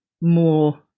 more